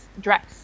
dress